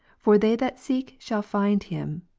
for they that seek shall find him,